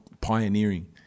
pioneering